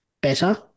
better